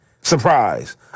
Surprise